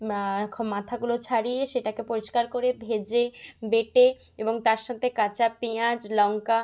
মা খ মাথাগুলো ছাড়িয়ে সেটাকে পরিষ্কার করে ভেজে বেটে এবং তার সাথে কাঁচা পিঁয়াজ লঙ্কা